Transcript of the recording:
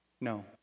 No